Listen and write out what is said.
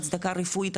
הצדקה רפואית,